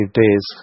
days